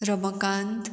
Ramkant